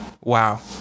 Wow